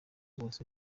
bwose